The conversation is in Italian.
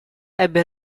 ebbe